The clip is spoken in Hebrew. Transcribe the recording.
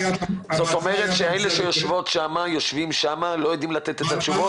זאת אומרת שאלה שיושבים שם לא יודעים לתת את התשובות?